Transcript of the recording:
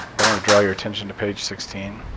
i want to draw your attention to page sixteen.